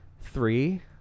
Three